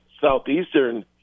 Southeastern